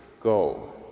go